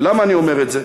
ולמה אני אומר את זה?